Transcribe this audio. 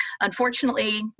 Unfortunately